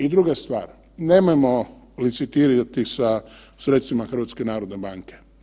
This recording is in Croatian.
I druga stvar, nemojmo licitirati sa sredstvima HNB-a.